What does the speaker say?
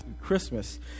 Christmas